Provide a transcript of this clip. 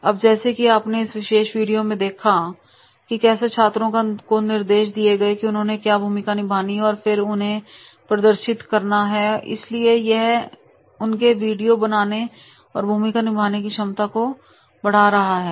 अब जैसा कि आपने इस विशेष वीडियो में देखा है कि कैसे छात्रों को निर्देश दिए गए हैं कि उन्होंने क्या भूमिका निभानी है और फिर उन्हें प्रदर्शित करना है इसलिए यह उनके वीडियो बनाने और भूमिका निभाने की क्षमता को पढ़ा रहा है